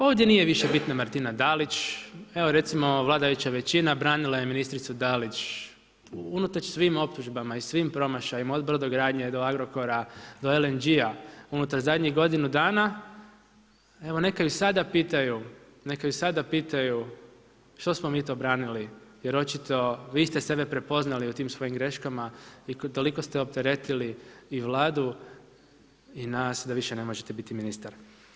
Ovdje više nije bitna Martina DAlić, evo recimo vladajuća većina branila je ministricu DAlić unatoč svim optužbama i svim promašajima od brodogradnje do Agrokora do LNG-a unutar zadnjih godinu dana, evo neka ju sada pitaju što smo mi to branili jer očito vi ste sebe prepoznali u tim svojim greškama i toliko ste opteretili i Vladu i nas da više ne možete biti ministar.